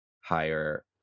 higher